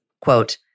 quote